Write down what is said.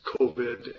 COVID